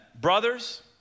brothers